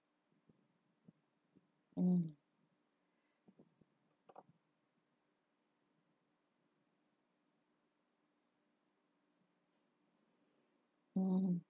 hmm